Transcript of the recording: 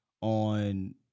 on